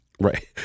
Right